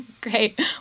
Great